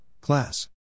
class